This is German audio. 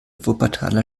wuppertaler